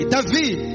David